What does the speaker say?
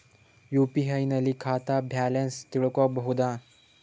UPI ನಲ್ಲಿ ಖಾತಾ balance ತಿಳಕೊ ಬಹುದಾ?